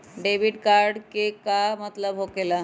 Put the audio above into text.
Debit card के का मतलब होकेला?